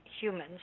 humans